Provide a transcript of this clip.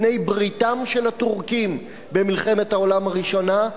בעלי-בריתם של הטורקים במלחמת העולם הראשונה,